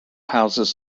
houses